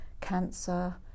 cancer